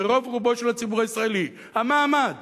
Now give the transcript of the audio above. ורוב-רובו של הציבור הישראלי, המעמד